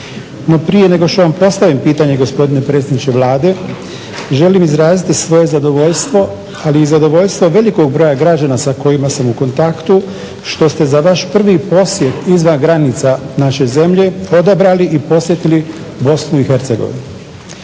prije nego što vam postavim pitanje, gospodine predsjedniče Vlade, želim izraziti svoje zadovoljstvo ali i zadovoljstvo velikog broja građana sa kojima sam u kontaktu što ste za vaš prvi posjet izvan granica naše zemlje odabrali i posjetili Bosnu i Hercegovinu.